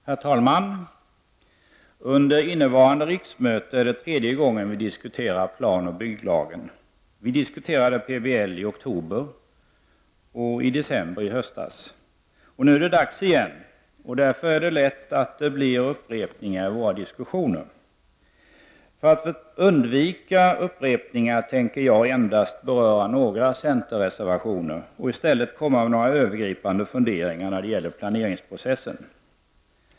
Herr talman! Under innevarande riksmöte är det tredje gången som vi diskuterar planoch bygglagen. Vi diskuterade PBL i oktober och i december i höstas. Nu är det dags igen. Det är därför lätt hänt att det blir upprepningar i våra diskussioner. För att undvika upprepningar tänker jag endast beröra några centerreservationer och i stället komma med några övergripande funderingar när det gäller planeringsprocessen.